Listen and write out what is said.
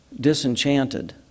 disenchanted